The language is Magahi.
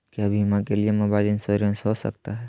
क्या बीमा के लिए मोबाइल इंश्योरेंस हो सकता है?